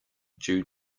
due